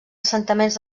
assentaments